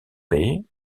bey